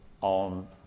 on